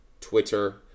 Twitter